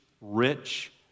rich